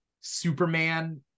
superman